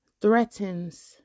threatens